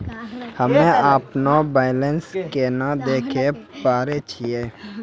हम्मे अपनो बैलेंस केना देखे पारे छियै?